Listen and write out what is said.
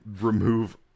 remove